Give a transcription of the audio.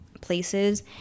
places